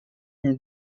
une